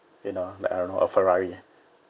you know like I don't know a ferrari